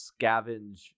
scavenge